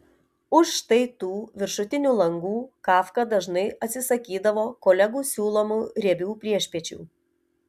už štai tų viršutinių langų kafka dažnai atsisakydavo kolegų siūlomų riebių priešpiečių